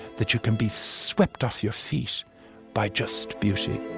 that you can be swept off your feet by just beauty